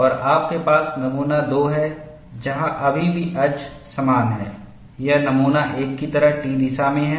और आपके पास नमूना 2 है जहां अभी भी अक्ष समान है यह नमूना 1 की तरह T दिशा में है